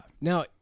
Now